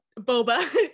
Boba